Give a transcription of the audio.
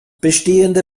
bestehende